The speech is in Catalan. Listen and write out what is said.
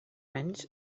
anys